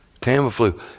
Tamiflu